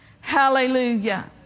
Hallelujah